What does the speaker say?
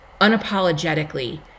unapologetically